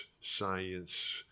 science